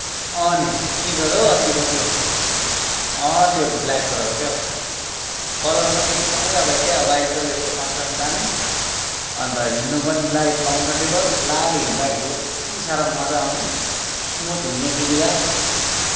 अँ नि स्निकर हौ अस्तिको त्यो अँ त्यो ब्ल्याक कलरको के हो कलर पनि एकदमै अब क्या ह्वाइट र उ यसको कन्ट्रास्ट दामी अन्त हिँड्नु पनि लाइट कम्फोर्टेबल लगाएर हिँडदाखेरि यति साह्रो मजा आउने स्मुथ हिँड्नु सुविधा